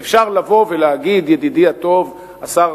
מחירי הדיור.